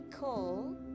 call